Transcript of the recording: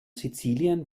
sizilien